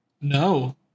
No